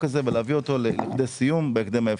הזה ולהביא אותו לסיום בהקדם האפשרי.